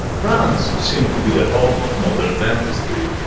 france seemed to be the home of modern dentistry.